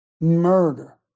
murder